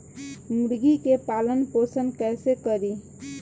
मुर्गी के पालन पोषण कैसे करी?